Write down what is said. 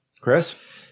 Chris